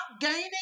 gaining